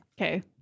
Okay